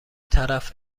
طرف